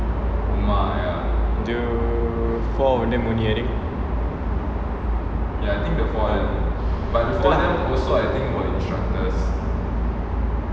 the four of them only I think